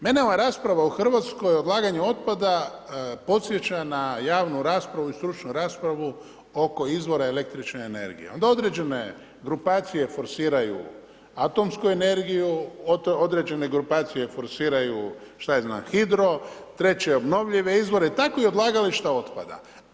Mene ova rasprava u Hrvatskoj o odlaganju otpada podsjeća na javnu raspravu i stručnu raspravu oko izvora električne energije, onda određene grupacije forsiraju atomsku energiju, određene grupacije forsiraju hidro, treće obnovljive izvore, tako i odlagališta otpada.